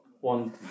one